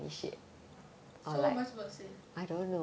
so what am I supposed to say